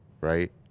Right